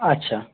আচ্ছা